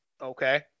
Okay